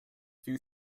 few